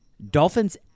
Dolphins